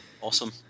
awesome